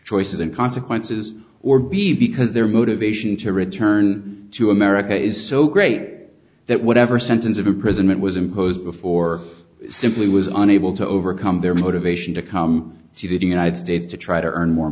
choices and consequences or b because their motivation to return to america is so great that whatever sentence of imprisonment was imposed before simply was unable to overcome their motivation to come to the united states to try to earn more